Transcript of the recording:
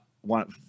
one